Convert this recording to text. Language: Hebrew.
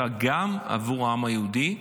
אלא גם בעבור העם היהודי.